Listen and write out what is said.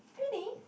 really